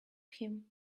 him